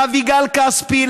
לאביגל כספי,